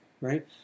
right